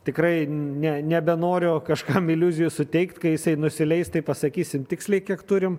tikrai ne nebenoriu kažkam iliuzijų suteikt kai jisai nusileis tai pasakysim tiksliai kiek turim